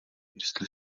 jestli